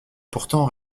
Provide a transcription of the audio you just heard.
pourtant